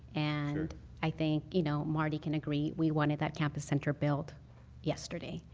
and i think you know marty can agree we wanted that campus center build yesterday.